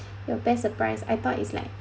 your best surprise I thought is like